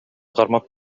кармап